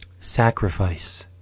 Sacrifice